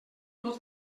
tot